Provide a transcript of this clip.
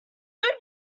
good